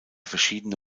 verschiedene